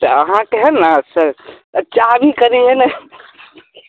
अहाँके है ने से चाभी कनि यऽ ने